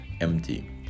empty